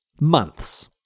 months